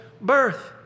birth